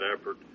effort